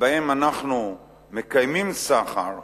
שבהם אנחנו מקיימים סחר,